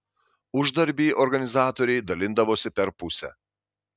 uždarbį organizatoriai dalindavosi per pusę